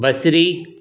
बसरी